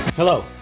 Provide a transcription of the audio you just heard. Hello